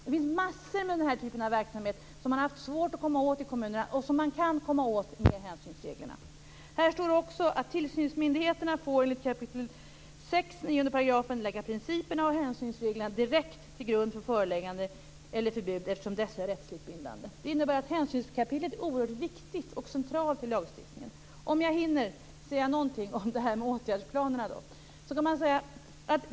Det finns mängder av sådan typ av verksamhet som man har haft svårt att komma åt i kommunerna men som man kan komma åt med hänsynsreglerna. Det står även: Tillsynsmyndigheterna får enligt 6 kap. 9 § lägga principerna och hänsynsreglerna direkt till grund för föreläggande eller förbud, eftersom dessa är rättsligt bindande. Det innebär att hänsynskapitlet är oerhört viktigt och centralt i lagstiftningen. Jag skall försöka hinna säga någonting om åtgärdsplanerna.